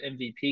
MVP